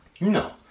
No